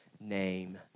name